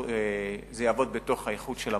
זה יעבוד בתוך האיחוד של המועצות.